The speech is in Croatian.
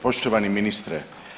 Poštovani ministre.